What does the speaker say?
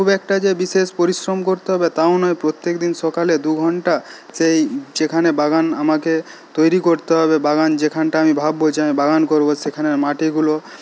খুব একটা যে বিশেষ পরিশ্রম করতে হবে তাও নয় প্রত্যেকদিন সকালে দুঘণ্টা সেই যেখানে বাগান আমাকে তৈরি করতে হবে বাগান যেখানটা আমি ভাববো যে বাগান করবো সেখানে মাটিগুলো